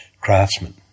craftsmen